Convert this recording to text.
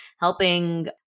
Helping